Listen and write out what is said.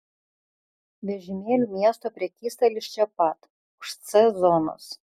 vežimėlių miesto prekystalis čia pat už c zonos